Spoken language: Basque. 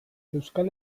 euskal